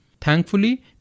Thankfully